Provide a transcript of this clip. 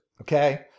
Okay